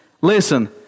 Listen